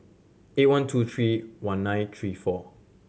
eight one two three one nine three four